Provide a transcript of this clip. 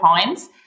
points